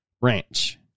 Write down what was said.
Ranch